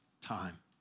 time